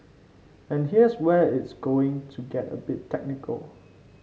and here's where it's going to get a bit technical